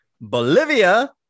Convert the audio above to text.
Bolivia